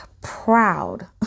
proud